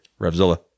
Revzilla